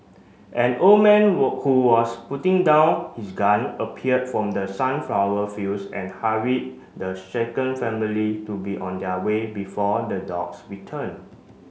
an old man who was putting down his gun appeared from the sunflower fields and hurried the shaken family to be on their way before the dogs return